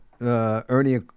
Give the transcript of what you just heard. Ernie